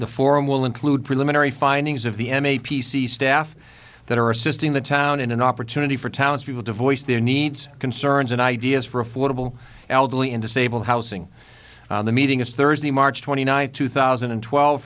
the forum will include preliminary findings of the m a p c staff that are assisting the town in an opportunity for townspeople devoiced their needs concerns and ideas for affordable elderly and disabled housing the meeting is thursday march twenty ninth two thousand and twelve